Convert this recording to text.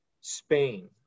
Spain